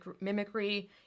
mimicry